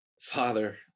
Father